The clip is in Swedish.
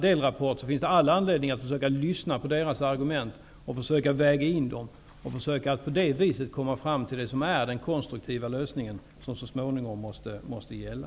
Det finns all anledning att försöka lyssna på dessa argument och väga in dem för att därigenom komma fram till den konstruktiva lösning som så småningom måste gälla.